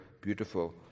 beautiful